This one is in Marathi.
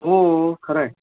हो खरं आहे